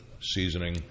seasoning